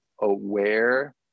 aware